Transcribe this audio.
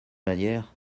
manière